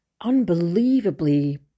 unbelievably